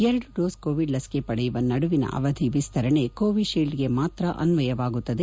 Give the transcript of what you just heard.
ಎರಡು dose Covid ಲಸಿಕೆ ಪಡೆಯುವ ನಡುವಿನ ಅವಧಿ ವಿಸ್ತರಣೆ ಕೋವಿಶೀಲ್ಡ್ಗೆ ಮಾತ್ರ ಅನ್ವಯವಾಗುತ್ತದೆ